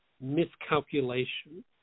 miscalculation